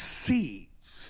seeds